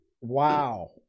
Wow